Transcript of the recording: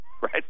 right